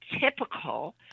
typical